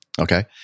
Okay